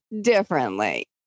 differently